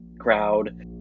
crowd